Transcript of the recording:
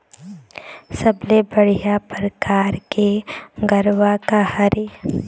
सबले बढ़िया परकार के गरवा का हर ये?